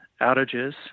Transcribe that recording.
outages